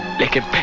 like it!